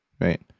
right